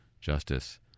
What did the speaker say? Justice